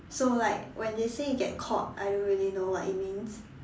so like when they say you get caught I don't really know what it means